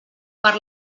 per